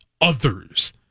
others